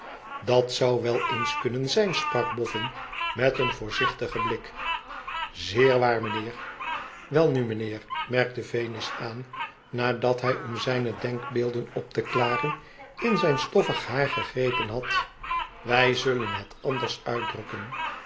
dat zou wel eens kunnen zijn sprak bofün met een voorzichtigen blik zeer waar mijnheer welnu mijnheer merkte venus aan nadat hij om zijne denkbeelden op te klaren in zijn stoffig haar gegrepen had i wij zullen het anders uitdrukken